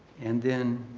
and then